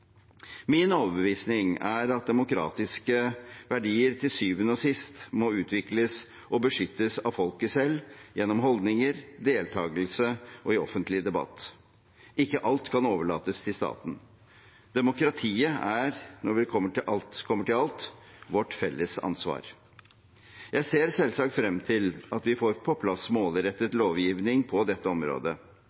Min overbevisning er at demokratiske verdier til syvende og sist må utvikles og beskyttes av folket selv gjennom holdninger, deltakelse og i offentlig debatt. Ikke alt kan overlates til staten. Demokratiet er, når alt kommer til alt, vårt felles ansvar. Jeg ser selvsagt frem til at vi får på plass målrettet lovgivning på dette området,